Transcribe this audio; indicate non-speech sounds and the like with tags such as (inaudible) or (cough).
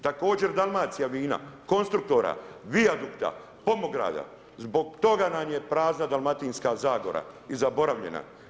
Također Dalmacija vina, Konstruktora, Vijadukta, … (unintelligible) Zbog toga nam je prazna Dalmatinska zagora i zaboravljena.